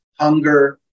hunger